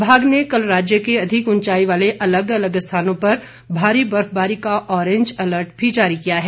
विभाग ने कल राज्य के अधिक उंचाई वाले अलग अलग स्थानों पर भारी बर्फबारी का ऑरेंज अलर्ट भी जारी किया है